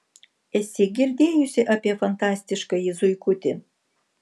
esi girdėjusi apie fantastiškąjį zuikutį